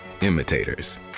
imitators